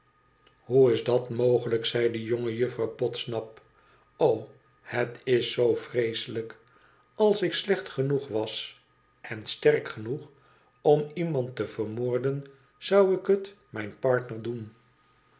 hoe is dat mogelijk zei de jonge juffrouw podsap i o het is zoo vreeselijk als ik slecht genoeg was en sterk genoeg om iemand te vermoorden zou ik het mijn partner doen